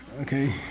okay?